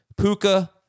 Puka